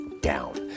down